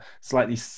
slightly